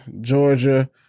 Georgia